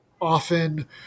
often